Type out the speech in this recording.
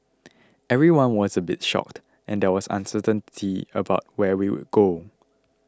everyone was a bit shocked and there was uncertainty about where we would go